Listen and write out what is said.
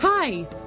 Hi